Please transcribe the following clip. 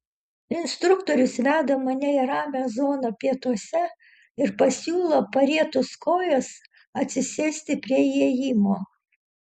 instruktorius veda mane į ramią zoną pietuose ir pasiūlo parietus kojas atsisėsti prie įėjimo